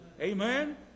Amen